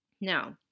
Now